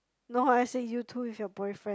no as in actually you two with your boyfriend